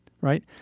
right